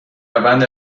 روند